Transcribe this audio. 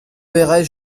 verrai